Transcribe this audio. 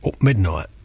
Midnight